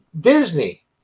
Disney